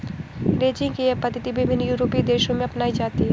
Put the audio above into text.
ranching की यह पद्धति विभिन्न यूरोपीय देशों में अपनाई जाती है